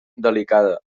delicada